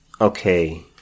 Okay